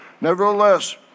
Nevertheless